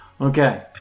Okay